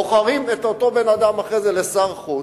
אחר כך בוחרים את אותו בן-אדם לשר החוץ,